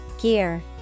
Gear